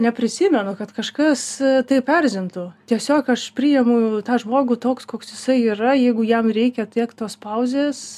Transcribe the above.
neprisimenu kad kažkas taip erzintų tiesiog aš priemu tą žmogų toks koks jisai yra jeigu jam reikia tiek tos pauzės